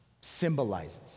symbolizes